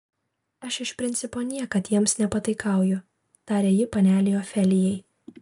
aš iš principo niekad jiems nepataikauju tarė ji panelei ofelijai